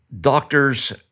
doctors